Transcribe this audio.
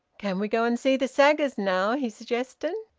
can we go and see the saggers now? he suggested.